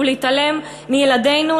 ולהתעלם מילדינו,